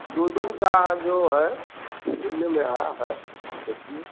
दो दिन का जो है सुनने में आया है देखिए